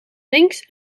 links